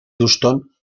houston